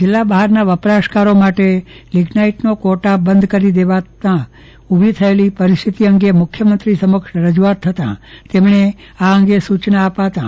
જિલ્લા બહારના વપરાશકારો માટે લિગ્નાઈટનો ક્વોટા બંધ કરી દેવાતા ઉભી થયેલી પરિસ્થિતિ અંગે રાજ્યમંત્રી સમક્ષ રજૂઆત થતાં તેમણે આ અંગે સૂચના આપતાં પરિપત્ર જારી કરાયો છે